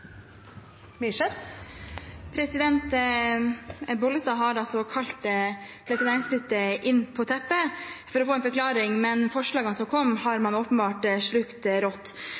Bollestad har kalt Veterinærinstituttet inn på teppet for å få en forklaring, men forslagene som kom, har man åpenbart slukt rått.